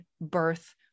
birth